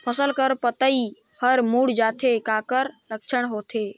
फसल कर पतइ हर मुड़ जाथे काकर लक्षण होथे?